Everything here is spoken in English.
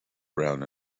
brown